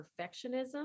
perfectionism